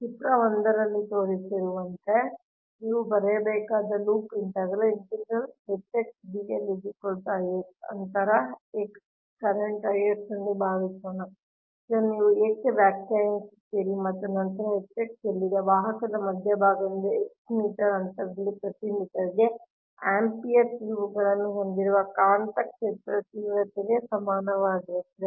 ಚಿತ್ರ ಒಂದರಲ್ಲಿ ತೋರಿಸಿರುವಂತೆ ನೀವು ಬರೆಯಬಹುದಾದ ಲೂಪ್ ಇಂಟಿಗ್ರಲ್ ಅಂತರ x ಕರೆಂಟ್ Ix ಎಂದು ಭಾವಿಸೋಣ ಇದನ್ನು ನೀವು ಏಕೆ ವ್ಯಾಖ್ಯಾನಿಸುತ್ತೀರಿ ಮತ್ತು ನಂತರ Hx ಎಲ್ಲಿದೆ ವಾಹಕದ ಮಧ್ಯಭಾಗದಿಂದ x ಮೀಟರ್ ಅಂತರದಲ್ಲಿ ಪ್ರತಿ ಮೀಟರ್ಗೆ ಆಂಪಿಯರ್ ತಿರುವುಗಳನ್ನು ಹೊಂದಿರುವ ಕಾಂತಕ್ಷೇತ್ರದ ತೀವ್ರತೆಗೆ ಸಮಾನವಾಗಿರುತ್ತದೆ